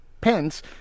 Pence